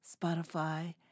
Spotify